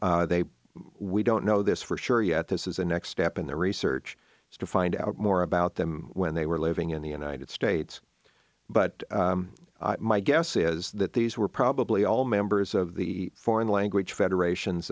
socialists they we don't know this for sure yet this is a next step in the research is to find out more about them when they were living in the united states but my guess is that these were probably all members of the foreign language federation